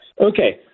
okay